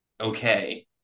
Okay